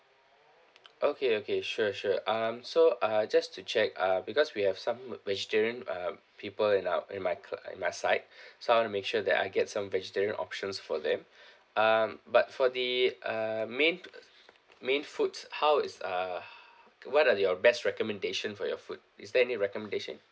okay okay sure sure um so uh just to check uh because we have some vegetarian uh people in our in my cla~ in my side so I want to make sure that I get some vegetarian options for them um but for the uh main main foods how is uh what are your best recommendation for your food is there any recommendation